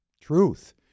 truth